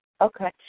Okay